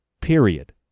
period